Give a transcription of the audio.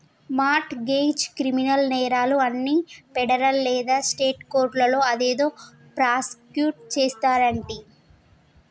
mart గెజ్, criminal నేరాలు అన్ని federal లేదా స్టేట్ కోర్టులో అదేదో ప్రాసుకుట్ చేస్తారంటి